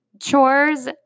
chores